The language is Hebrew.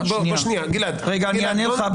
רגע, אני אענה לך.